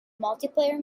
multiplayer